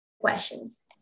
questions